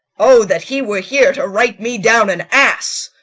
o that he were here to write me down an ass!